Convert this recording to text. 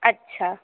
अच्छा